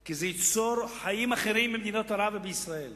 כי זה ייצור חיים אחרים במדינות ערב ובישראל.